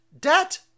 debt